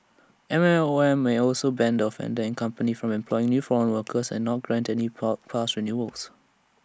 M O M may also ban the offender and company from employing new foreign workers and not grant any work pa pass renewals